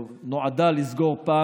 או נועדה לסגור,